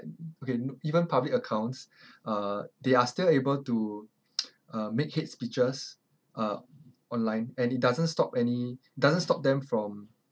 okay even public accounts uh they're still able to uh make hate speeches uh online and it doesn't stop any it doesn't stop them from